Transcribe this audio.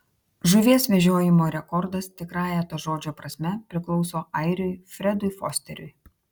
žuvies vežiojimo rekordas tikrąja to žodžio prasme priklauso airiui fredui fosteriui